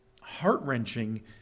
heart-wrenching